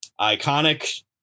iconic